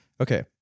Okay